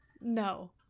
no